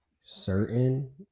certain